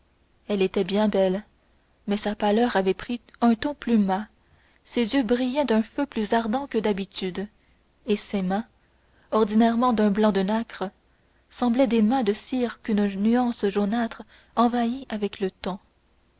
elle était bien belle mais sa pâleur avait pris un ton plus mat ses yeux brillaient d'un feu plus ardent que d'habitude et ses mains ordinairement d'un blanc de nacre semblaient des mains de cire qu'une nuance jaunâtre envahit avec le